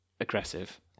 aggressive